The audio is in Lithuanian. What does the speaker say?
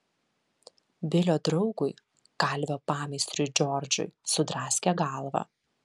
bilio draugui kalvio pameistriui džordžui sudraskė galvą